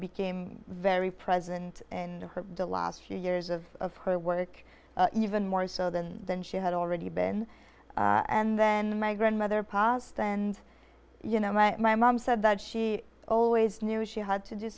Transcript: became very present and her the last few years of of her work even more so than than she had already been and then my grandmother passed and you know my mom said that she always knew she had to do